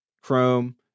Chrome